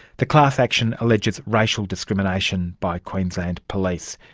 the class action alleges racial discrimination by queensland police.